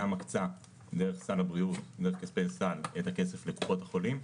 מקצה דרך סל הבריאות את הכסף לקופות החולים,